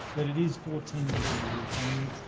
but it is fourteen percent of the economy,